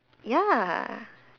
ya